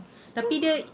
tapi dia